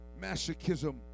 masochism